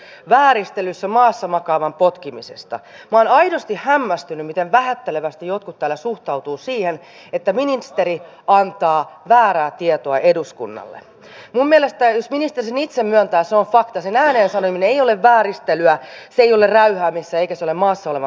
ihan varmasti edustaja antero laukkasella on myös vahva näkemys siitä millä tavalla asiat suomessa voivat olla ja meillä on erilaisia alueita kuten tässä muun muassa tämä vierustoverini kertoi omasta alueestaan että siellä todellakin on pula hoitajista